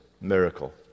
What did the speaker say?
miracle